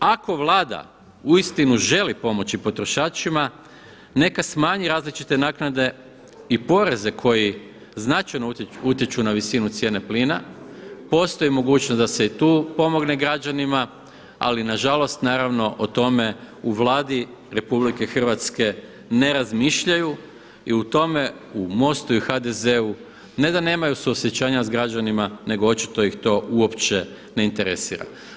Ako Vlada uistinu želi pomoći potrošačima, neka smanji različite naknade i poreze koji značajno utječu na visinu cijene plina, postoji mogućnost da se i tu pomogne građanima, ali nažalost naravno o tome u Vladi RH ne razmišljaju i u tome u MOST-u i HDZ-u ne da nemaju suosjećanja sa građanima nego očito ih to uopće ne interesira.